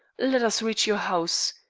let us reach your house.